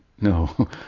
No